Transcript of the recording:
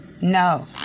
no